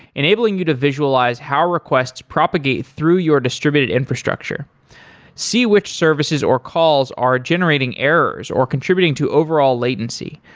enabling you to visualize how requests propagate through your distributed infrastructure see which services, services, or calls are generating errors, or contributing to overall latency,